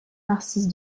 narcisse